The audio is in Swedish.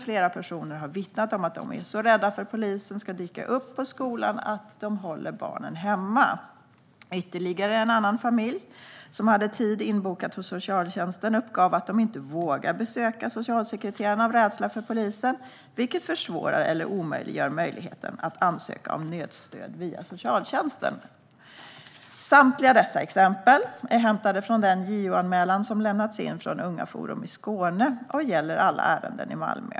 Flera personer har vittnat om att de är så rädda för att polisen ska dyka upp på skolan att de håller barnen hemma. Ytterligare en familj som hade tid inbokad hos socialtjänsten uppgav att de inte vågar besöka socialsekreteraren av rädsla för polisen, vilket försvårar eller omöjliggör möjligheten att ansöka om nödstöd via socialtjänsten. Samtliga dessa exempel är hämtade från den JO-anmälan som har lämnats in från Unga Forum i Skåne, och den gäller alla ärenden i Malmö.